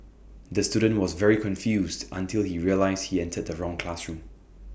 the student was very confused until he realised he entered the wrong classroom